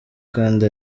kandi